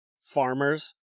farmers